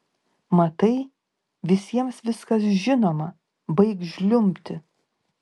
matai visiems viskas žinoma baik žliumbti